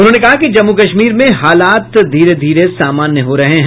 उन्होंने कहा कि जम्मू कश्मीर में हालात धीरे धीरे सामान्य हो रहे हैं